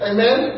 Amen